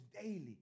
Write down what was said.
Daily